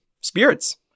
spirits